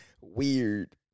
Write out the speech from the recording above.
weird